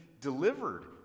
delivered